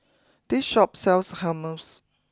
this Shop sells Hummus